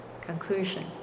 conclusion